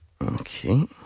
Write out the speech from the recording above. Okay